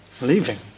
Leaving